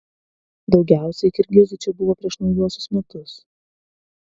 daugiausiai kirgizių čia buvo prieš naujuosius metus